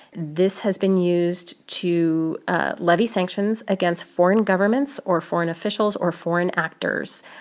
this has been used to levy sanctions against foreign governments or foreign officials or foreign actors.